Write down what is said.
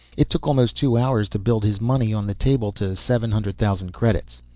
it took almost two hours to build his money on the table to seven hundred thousand credits.